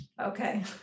Okay